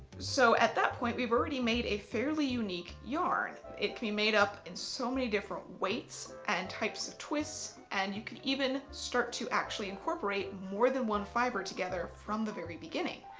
so at that point, we've already made a fairly unique yarn. it can be made up in so many different weights and types of twists and you can even start to actually incorporate more than one fibre together from the very beginning.